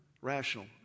rational